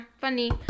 funny